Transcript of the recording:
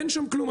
אין שם כלום,